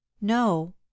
no